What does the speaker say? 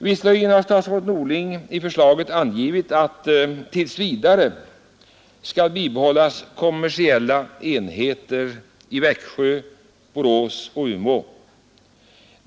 Visserligen har statsrådet Norling i förslaget angivit att särskilda kommersiella distriktsenheter tills vidare skall bibehållas i Växjö, Borås och Umeå.